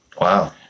Wow